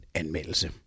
anmeldelse